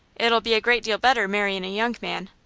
it'll be a great deal better marryin' a young man.